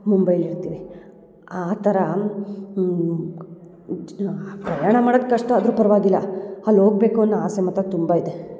ಮುಂಬೈಲಿರ್ತೀವಿ ಆ ಥರ ಪ್ರಯಾಣ ಮಾಡೋದ್ ಕಷ್ಟ ಆದರೂ ಪರವಾಗಿಲ್ಲ ಅಲ್ ಹೋಗ್ಬೇಕು ಅನ್ನೋ ಆಸೆ ಮಾತ್ರ ತುಂಬ ಇದೆ